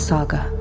Saga